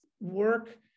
work